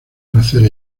nacer